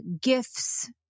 gifts